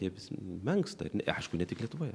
jie vis menksta aišku ne tik lietuvoje